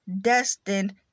destined